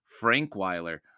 Frankweiler